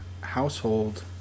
household